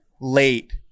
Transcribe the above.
late